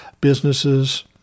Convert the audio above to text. businesses